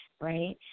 Right